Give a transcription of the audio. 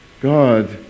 God